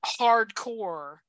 hardcore